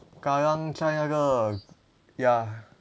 kallang 在那个 ya